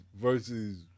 versus